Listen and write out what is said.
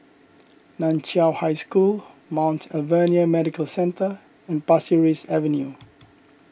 Nan Chiau High School Mount Alvernia Medical Centre and Pasir Ris Avenue